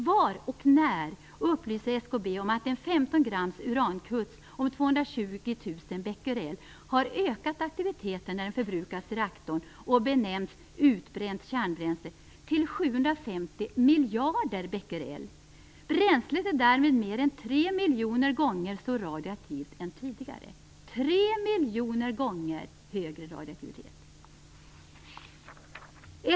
Var och när upplyser SKB om att en 15 grams urankuts om 220 000 Bq har ökat aktiviteten, när den förbrukats i reaktorn och benämns utbränt kärnbränsle, till 750 miljarder Bq? Bränslet är därmed mer än 3 miljoner gånger så radioaktivt som tidigare - 3 miljoner gånger högre!